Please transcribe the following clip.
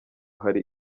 hari